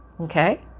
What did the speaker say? okay